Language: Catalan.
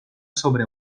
sobre